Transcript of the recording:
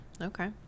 Okay